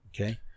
okay